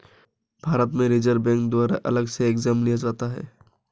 भारत में reserve bank द्वारा अलग से एग्जाम लिया जाता है